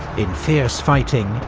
in fierce fighting,